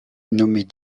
nommée